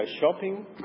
shopping